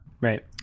Right